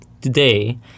Today